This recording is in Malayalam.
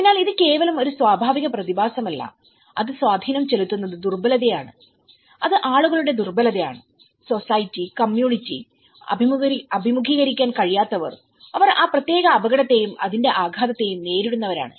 അതിനാൽ ഇത് കേവലം ഒരു സ്വാഭാവിക പ്രതിഭാസമല്ല അത് സ്വാധീനം ചെലുത്തുന്നത് ദുർബലതയാണ് അത് ആളുകളുടെ ദുർബലതയാണ് സൊസൈറ്റി കമ്മ്യൂണിറ്റിഅഭിമുഖീകരിക്കാൻ കഴിയാത്തവർ അവർ ആ പ്രത്യേക അപകടത്തെയും അതിന്റെ ആഘാതത്തെയും നേരിടുന്നവരാണ്